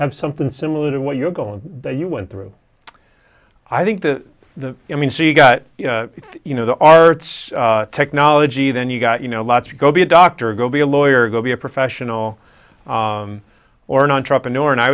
have something similar to what you're going that you went through i think that the i mean so you got you know the arts technology then you got you know lots of go be a doctor go be a lawyer go be a professional or an entrepreneur and i